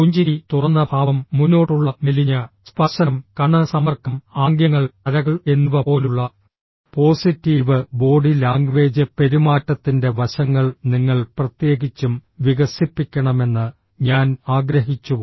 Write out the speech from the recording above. പുഞ്ചിരി തുറന്ന ഭാവം മുന്നോട്ടുള്ള മെലിഞ്ഞ സ്പർശനം കണ്ണ് സമ്പർക്കം ആംഗ്യങ്ങൾ തലകൾ എന്നിവ പോലുള്ള പോസിറ്റീവ് ബോഡി ലാംഗ്വേജ് പെരുമാറ്റത്തിന്റെ വശങ്ങൾ നിങ്ങൾ പ്രത്യേകിച്ചും വികസിപ്പിക്കണമെന്ന് ഞാൻ ആഗ്രഹിച്ചു